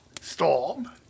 Storm